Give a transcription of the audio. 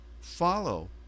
follow